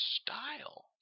style